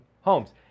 homes